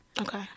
Okay